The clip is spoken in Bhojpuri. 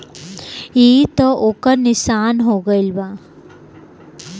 ई त ओकर निशान हो गईल बा